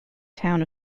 town